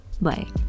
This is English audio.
Bye